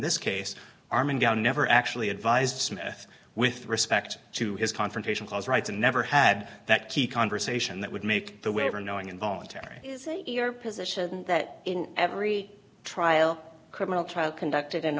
this case armin down never actually advised smith with respect to his confrontation clause rights and never had that key conversation that would make the waiver knowing involuntary your position that in every trial criminal trial conducted in